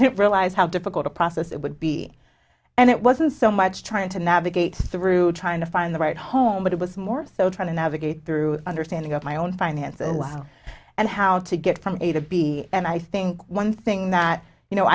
didn't realize how difficult a process it would be and it wasn't so much trying to navigate through trying to find the right home but it was more so trying to navigate through understanding of my own finances and how to get from a to b and i think one thing that you know